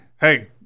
Hey